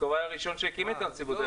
לסקוב היה הראשון שהקים את הנציבות.